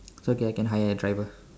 is okay I can hire a driver